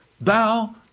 thou